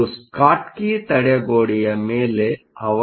ಇದು ಸ್ಕಾಟ್ಕಿ ತಡೆಗೋಡೆಯ ಮೇಲೆ ಅವಲಂಬಿತವಾಗಿರುತ್ತದೆ